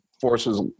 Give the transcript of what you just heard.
forces